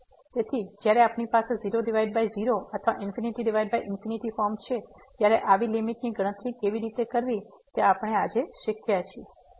તેથી જ્યારે આપણી પાસે 00 અથવા ∞∞ ફોર્મ છે ત્યારે આવી લીમીટ ની ગણતરી કેવી રીતે કરવી તે આપણે આજે શીખ્યા છીએ